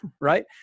right